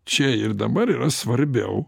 čia ir dabar yra svarbiau